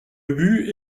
ubu